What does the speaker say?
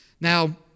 Now